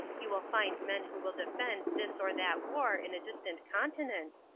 you will find men who will defend this or that war in a distant continent.